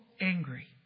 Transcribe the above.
angry